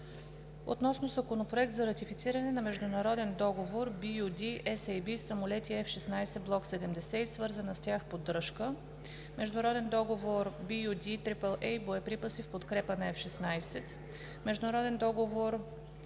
относно Законопроект за ратифициране на международен договор BU-D-SAB „Самолети F-16 Block 70 и свързана с тях поддръжка“, международен договор BU D-AAA „Боеприпаси в подкрепа на F-16“, международен договор BU-P-AAD